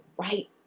right